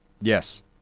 yes